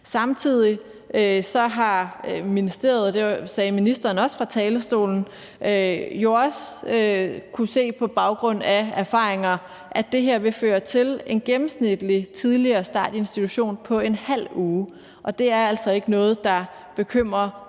Samtidig har ministeriet – det sagde ministeren også fra talerstolen – jo også kunnet se på baggrund af erfaringer, at det her vil føre til en gennemsnitlig tidligere start i institution på en halv uge, og det er altså ikke noget, der bekymrer